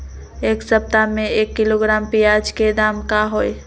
एक सप्ताह में एक किलोग्राम प्याज के दाम का होई?